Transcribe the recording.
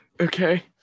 okay